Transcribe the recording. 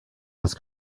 this